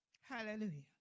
Hallelujah